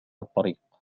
الطريق